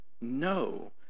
no